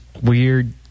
weird